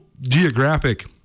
geographic